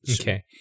okay